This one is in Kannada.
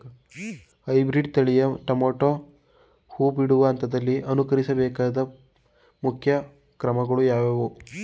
ಹೈಬ್ರೀಡ್ ತಳಿಯ ಟೊಮೊಟೊ ಹೂ ಬಿಡುವ ಹಂತದಲ್ಲಿ ಅನುಸರಿಸಬೇಕಾದ ಮುಖ್ಯ ಕ್ರಮಗಳು ಯಾವುವು?